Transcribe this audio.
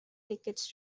tickets